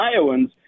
Iowans